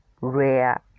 rare